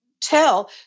tell